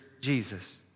Jesus